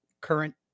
current